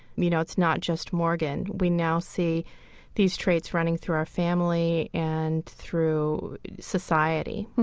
you know, it's not just morgan. we now see these traits running through our family and through society